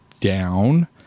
down